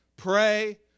Pray